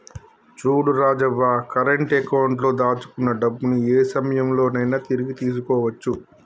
చూడు Rajavva current account లో దాచుకున్న డబ్బుని ఏ సమయంలో నైనా తిరిగి తీసుకోవచ్చు